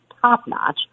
top-notch